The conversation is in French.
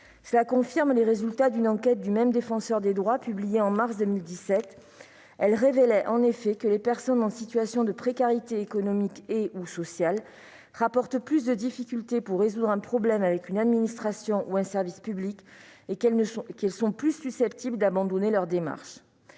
Cela confirme les résultats d'une enquête du même Défenseur des droits, publiée en mars 2017, qui révélait que les personnes en situation de précarité économique et/ou sociale rapportent plus de difficultés pour résoudre un problème avec une administration ou un service public, et qu'elles sont plus susceptibles d'abandonner leurs démarches.